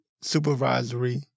supervisory